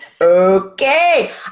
okay